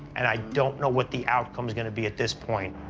and i don't know what the outcome's gonna be at this point.